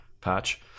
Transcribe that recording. patch